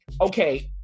okay